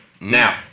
Now